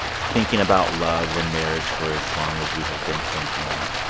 thinking about love and marriage for as long as you have been thinking,